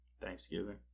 Thanksgiving